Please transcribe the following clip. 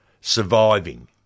Surviving